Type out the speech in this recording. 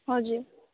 हजुर